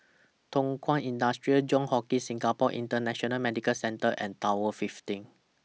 Thow Kwang Industry Johns Hopkins Singapore International Medical Centre and Tower fifteen